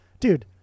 Dude